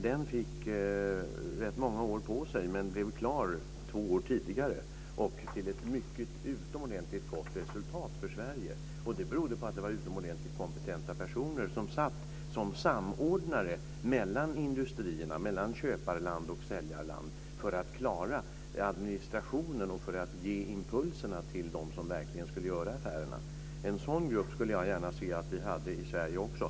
Den fick rätt många år på sig men blev klar två år tidigare och kom fram till ett utomordentligt gott resultat för Sverige. Det berodde på att det var utomordentligt kompetenta personer som satt som samordnare mellan industrierna, mellan köparland och säljarland, för att klara administrationen och för att ge impulserna till dem som verkligen skulle göra affärerna. En sådan grupp skulle jag gärna se att vi hade i Sverige också.